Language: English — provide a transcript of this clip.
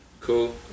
cool